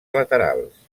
laterals